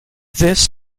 this